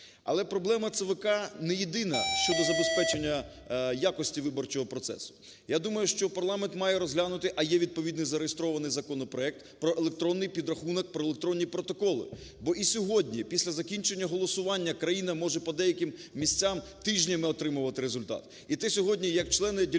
Але проблема ЦКВ не єдина щодо забезпечення якості виборчого процесу. Я думаю, що парламент має розглянути, а є відповідний зареєстрований законопроект, про електронний підрахунок, про електронні протоколи. Бо і сьогодні після закінчення голосування країна може по деяким місцям тижнями отримувати результат.